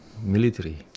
military